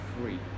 free